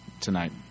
tonight